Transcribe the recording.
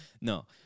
No